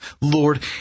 Lord